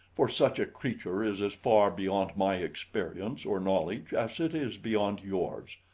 for such a creature is as far beyond my experience or knowledge as it is beyond yours.